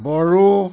Bodo